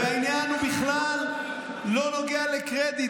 והעניין בכלל לא נוגע לקרדיט.